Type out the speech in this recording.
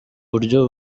buryo